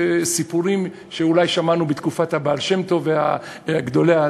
סיפורים שאולי שמענו בתקופת הבעל-שם-טוב וגדולי,